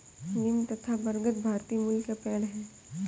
नीम तथा बरगद भारतीय मूल के पेड है